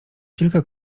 kilka